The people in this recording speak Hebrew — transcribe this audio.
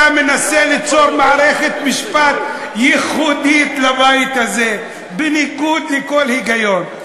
אתה מנסה ליצור מערכת משפט ייחודית לבית הזה בניגוד לכל היגיון.